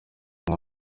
ngo